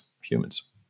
humans